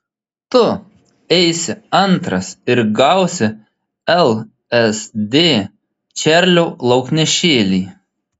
tu eisi antras ir gausi lsd čarlio lauknešėlį